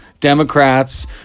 Democrats